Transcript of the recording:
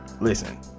listen